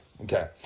Okay